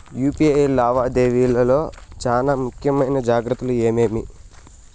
UPI లావాదేవీల లో చానా ముఖ్యమైన జాగ్రత్తలు ఏమేమి?